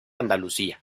andalucía